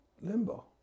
limbo